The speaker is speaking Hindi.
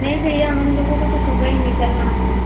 नहीं भैया हम लोगों को तो सुबह ही निकलना है